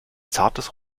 zartes